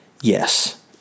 yes